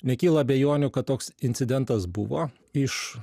nekyla abejonių kad toks incidentas buvo iš